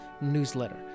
newsletter